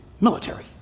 military